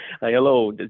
hello